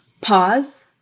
Pause